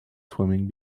swimming